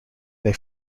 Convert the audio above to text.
they